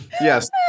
Yes